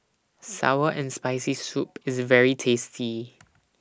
Sour and Spicy Soup IS very tasty